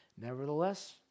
nevertheless